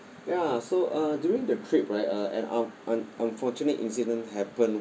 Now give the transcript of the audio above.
ya so uh during the trip right uh an un~ un~ unfortunate incident happened